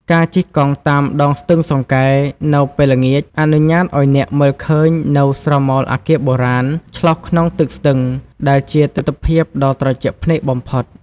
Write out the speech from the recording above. ការជិះកង់តាមដងស្ទឹងសង្កែនៅពេលល្ងាច អនុញ្ញាតឱ្យអ្នកមើលឃើញនូវស្រមោលអគារបុរាណឆ្លុះក្នុងទឹកស្ទឹង ដែលជាទិដ្ឋភាពដ៏ត្រជាក់ភ្នែកបំផុត។